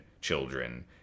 children